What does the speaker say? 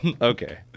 Okay